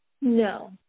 No